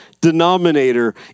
denominator